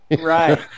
Right